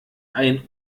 ein